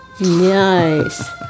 Nice